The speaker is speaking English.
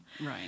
right